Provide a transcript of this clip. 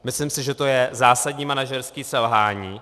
Myslím si, že to je zásadní manažerské selhání.